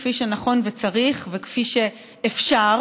כפי שנכון וצריך וכפי שאפשר,